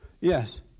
Yes